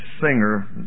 singer